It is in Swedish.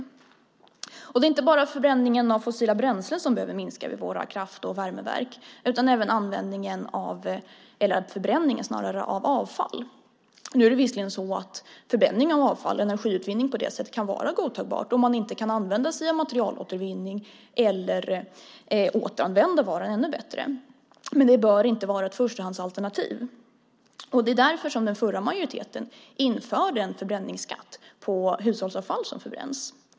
Det är inte bara förbränningen av fossila bränslen som behöver minska vid våra kraft och värmeverk utan även förbränningen av avfall. Nu kan visserligen förbränning av avfall, energiutvinning på det sättet, vara godtagbart om man inte kan använda sig av materialåtervinning eller återanvända varan ännu bättre. Men det bör inte vara ett förstahandsalternativ. Det var därför som den förra majoriteten införde en förbränningsskatt på hushållsavfall som förbränns.